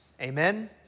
Amen